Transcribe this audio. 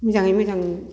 मोजाङै मोजां